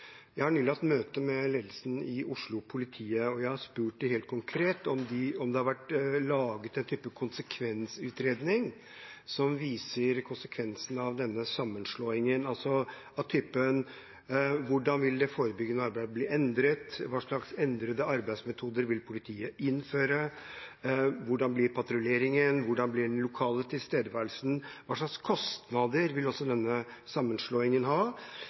jeg har spurt dem helt konkret om det har vært laget en type konsekvensutredning som viser konsekvensene av denne sammenslåingen, av typen: Hvordan vil det forebyggende arbeidet bli endret? Hva slags endrede arbeidsmetoder vil politiet innføre? Hvordan blir patruljeringen? Hvordan blir den lokale tilstedeværelsen? Hva slags kostnader vil denne sammenslåingen ha?